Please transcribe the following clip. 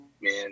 man